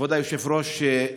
כבוד היושב-ראש,